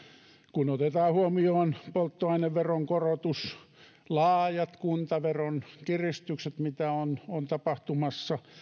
kun otetaan huomioon polttoaineveron korotus laajat kuntaveron kiristykset mitkä ovat tapahtumassa